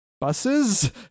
buses